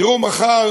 תראו, מחר